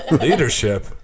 Leadership